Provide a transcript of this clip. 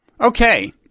Okay